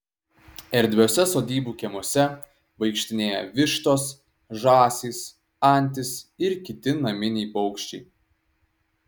erdviuose sodybų kiemuose vaikštinėja vištos žąsys antys ir kiti naminiai paukščiai